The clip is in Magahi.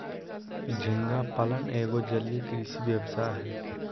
झींगा पालन एगो जलीय कृषि व्यवसाय हय